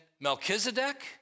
Melchizedek